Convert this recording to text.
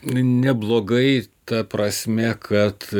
neblogai ta prasme kad